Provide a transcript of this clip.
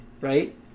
Right